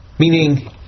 Meaning